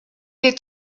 est